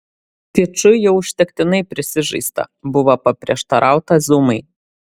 kiču jau užtektinai prisižaista buvo paprieštarauta zumai